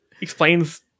explains